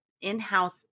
in-house